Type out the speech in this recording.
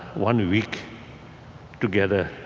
one week together,